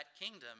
kingdom